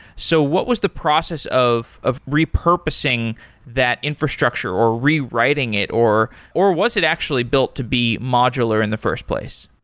so what was the process of of repurposing that infrastructure, or rewriting it, or or was it actually built to be modular in the first place?